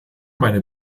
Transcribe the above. meine